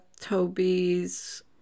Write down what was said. Toby's